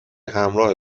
همراه